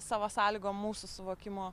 savo sąlygom mūsų suvokimu